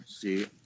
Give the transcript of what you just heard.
see